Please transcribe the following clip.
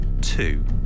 two